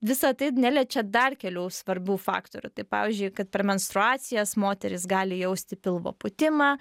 visa tai neliečia dar kelių svarbių faktorių tai pavyzdžiui kad per menstruacijas moterys gali jausti pilvo pūtimą